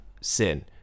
sin